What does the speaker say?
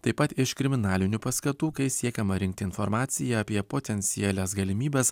taip pat iš kriminalinių paskatų kai siekiama rinkti informaciją apie potencialias galimybes